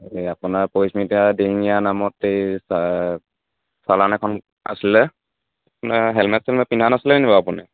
এই আপোনাৰ পৰিস্মিতা দিহিঙীয়াৰ নামত এই চা চালান এখন আছিলে মানে হেলমেট চেলমেট পিন্ধা নাছিলেনি বাৰু আপুনি